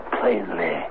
plainly